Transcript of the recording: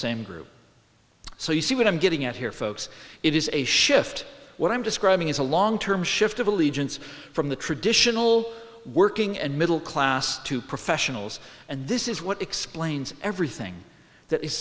same group so you see what i'm getting at here folks it is a shift what i'm describing is a long term shift of allegiance from the traditional working and middle class to professionals and this is what explains everything that is